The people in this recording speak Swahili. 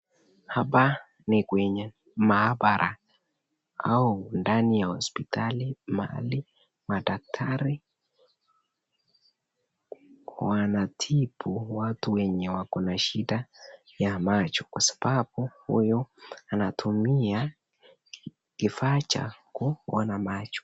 Hapa ni kwenye mahabara au ndani ya hospitali mahali madaktari wanamtibu watu wenye wako na shida ya macho, kwa sababu huyu anatumia kifaaa cha kona macho.